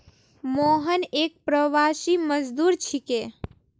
मोहन एक प्रवासी मजदूर छिके